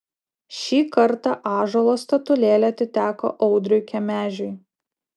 šį kartą ąžuolo statulėlė atiteko audriui kemežiui